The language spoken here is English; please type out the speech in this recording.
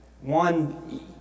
One